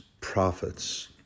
prophets